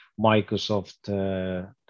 Microsoft